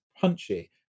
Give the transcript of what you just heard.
punchy